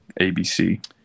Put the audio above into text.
ABC